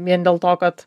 vien dėl to kad